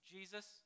Jesus